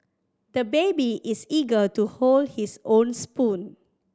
the baby is eager to hold his own spoon